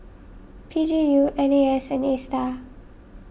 P G U N A S and Astar